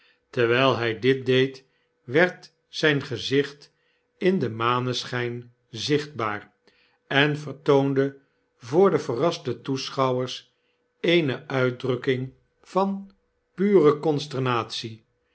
terwyl hij dit deed werd zyn gezicht in den maneschyn zichtbaar en vertoonde voor de verraste toeschouwers eene uitdrukking van